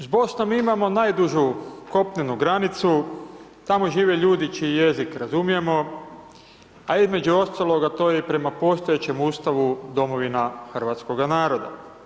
S Bosnom imamo najdužu kopnenu granicu, tamo žive ljudi čiji jezik razumijemo, a između ostaloga to je i prema postojećem Ustavu domovina hrvatskoga naroda.